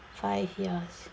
five years